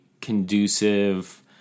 conducive